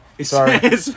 Sorry